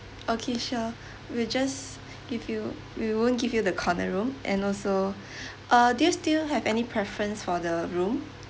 okay sure we'll just give you we won't give you the corner room and also uh do you still have any preference for the room